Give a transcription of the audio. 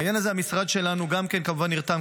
בעניין הזה המשרד שלנו גם כן כמובן נרתם,